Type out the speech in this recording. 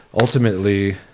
ultimately